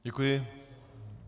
Děkuji.